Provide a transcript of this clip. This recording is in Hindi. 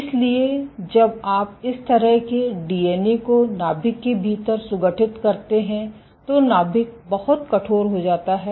इसलिए जब आप इस तरह के डीएनए को नाभिक के भीतर सुगठित करते हैं तो नाभिक बहुत कठोर हो जाता है